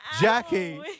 Jackie